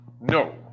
no